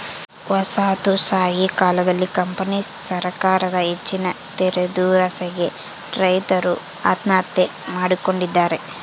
ವಸಾಹತುಶಾಹಿ ಕಾಲದಲ್ಲಿ ಕಂಪನಿ ಸರಕಾರದ ಹೆಚ್ಚಿನ ತೆರಿಗೆದುರಾಸೆಗೆ ರೈತರು ಆತ್ಮಹತ್ಯೆ ಮಾಡಿಕೊಂಡಿದ್ದಾರೆ